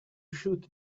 shoot